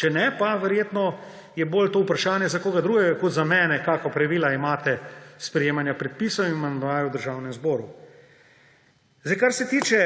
Če ne, pa verjetno je bolj to vprašanje za koga drugega kot za mene, kakšna imate pravila sprejemanja predpisov in amandmajev v Državnem zboru. Kar se tiče